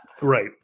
Right